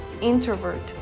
introvert